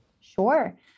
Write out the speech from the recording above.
Sure